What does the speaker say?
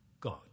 God